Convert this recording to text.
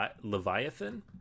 Leviathan